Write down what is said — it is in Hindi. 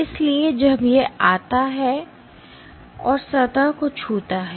इसलिए जब यह आता है और सतह को छूता है